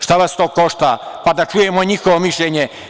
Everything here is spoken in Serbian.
Šta vas to košta, pa da čujemo i njihovo mišljenje.